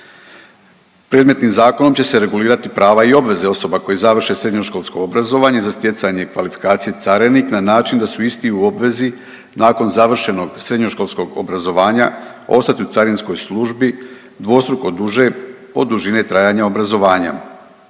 Predmetnim zakonom će se regulirati prava i obveze koji završe srednjoškolsko obrazovanje za stjecanje kvalifikacije carinik na način da su isti u obvezi nakon završenog srednjoškolskog obrazovanja ostati u carinskoj službi dvostruko duže od dužine trajanja obrazovanja.